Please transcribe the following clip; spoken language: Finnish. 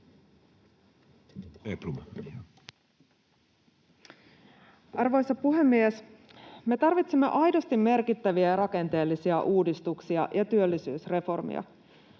Arvoisa puhemies! Me tarvitsemme aidosti merkittäviä rakenteellisia uudistuksia ja työllisyysreformia.